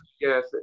yes